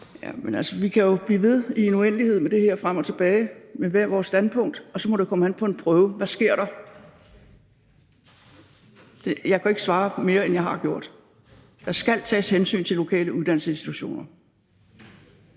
Jamen altså, vi kan jo blive ved i en uendelighed med det her frem og tilbage med hvert vores standpunkt – og så må det komme an på en prøve. Hvad sker der? Jeg kan ikke svare mere, end jeg har gjort: Der skal tages hensyn til lokale uddannelsesinstitutioner.